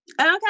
Okay